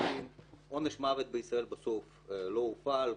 עונש מוות בישראל בסוף לא הופעל.